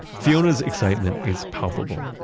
fiona's excitement is palpable.